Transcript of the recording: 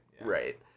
right